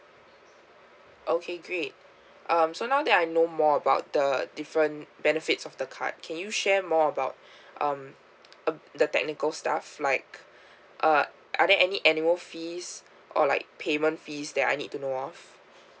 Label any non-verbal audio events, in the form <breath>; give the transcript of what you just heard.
okay great um so now that I know more about the different benefits of the card can you share more about <breath> um uh the technical stuff like <breath> uh are there any annual fees or like payment fees that I need to know of